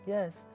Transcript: Yes